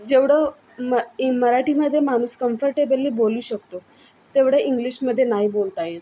जेवढं म इं मराठीमध्ये माणूस कम्फर्टेबली बोलू शकतो तेवढं इंग्लिशमध्ये नाही बोलता येत